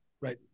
Right